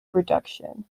production